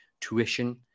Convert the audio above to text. tuition